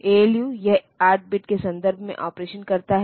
ALU यह 8 bits के संदर्भ में ऑपरेशन करता है